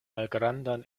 malgrandan